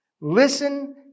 Listen